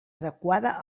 adequada